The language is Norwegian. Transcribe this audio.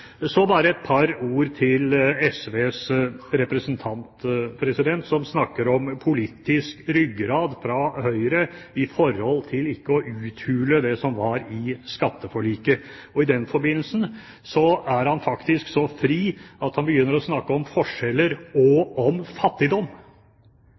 Så bare et par ord til SVs representant, som snakker om politisk ryggrad fra Høyre i forhold til ikke å uthule det som var i skatteforliket. I den forbindelse er han faktisk så fri at han begynner å snakke om forskjeller og